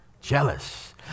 Jealous